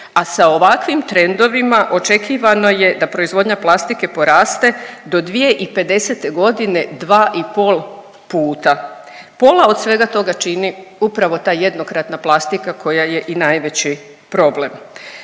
a sa ovakvim trendovima očekivano je da proizvodnja plastike poraste do 2050.g. dva i pol puta. Pola od svega toga čini upravo ta jednokratna plastika koja je i najveći problem.